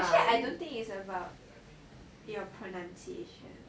actually I don't think it's about your pronunciation